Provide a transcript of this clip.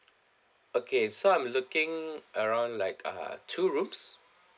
okay so I'm looking around like uh two rooms